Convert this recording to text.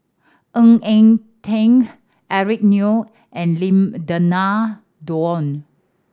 Ng Eng Teng Eric Neo and Lim Denan Denon